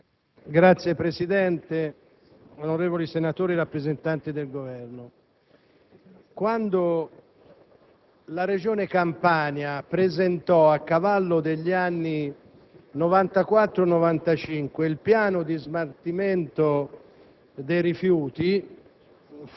Signor Presidente, onorevoli senatori, rappresentanti del Governo, quando la Regione Campania presentò, a cavallo degli anni 1994-1995, il piano di smaltimento dei rifiuti...